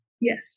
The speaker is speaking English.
Yes